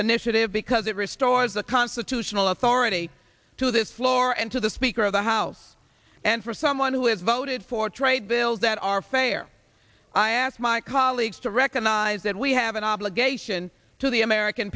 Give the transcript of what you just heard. initiative because it restores the constitutional authority to this floor and to the speaker of the house and for someone who has voted for trade bills that are fair i ask my colleagues to recognize that we have an obligation to the american